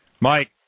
Mike